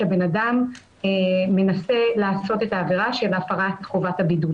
שבן אדם מנסה לעשות את העבירה של הפרת חובת הבידוד.